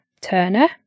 Turner